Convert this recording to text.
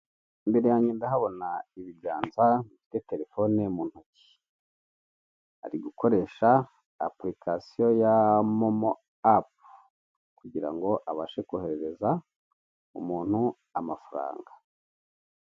Imbere yange ndahabona ibiganza bifite telefone mu ntoki. Ari gukoresha apurikasiyo ya momo apu kugira ngo abashe koherereza umuntu amafaranga.